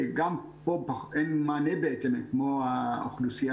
גם פה אין מענה בעצם והם כמו האוכלוסייה